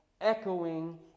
echoing